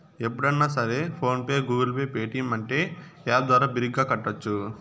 ఎప్పుడన్నా సరే PhonePe Google pay Paytm అంటే యాప్ ద్వారా బిరిగ్గా కట్టోచ్చు